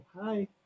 Hi